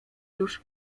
już